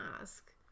ask